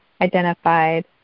identified